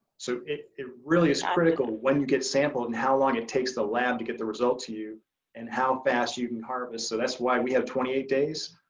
so it it really is critical when you get sampled and how long it takes the lab to get the result to you and how fast you can harvest. so that's why we have twenty eight days.